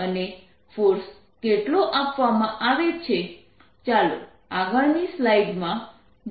અને ફોર્સ કેટલો આપવામાં આવે છે ચાલો આગળની સ્લાઈડમાં જોઈએ